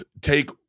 take